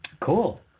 Cool